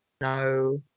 no